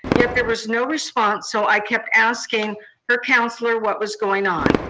yet there was no response. so i kept asking her counselor what was going on.